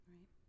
Right